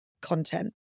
content